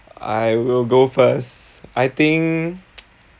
I will go first I think